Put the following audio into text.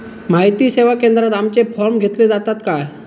माहिती सेवा केंद्रात आमचे फॉर्म घेतले जातात काय?